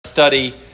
study